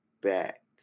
back